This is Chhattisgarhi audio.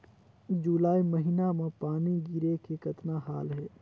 जुलाई महीना म पानी गिरे के कतना हाल हे?